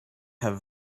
have